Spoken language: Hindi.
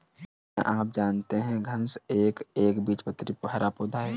क्या आप जानते है घांस एक एकबीजपत्री हरा पौधा है?